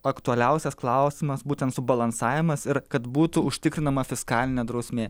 aktualiausias klausimas būtent subalansavimas ir kad būtų užtikrinama fiskalinė drausmė